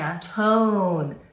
tone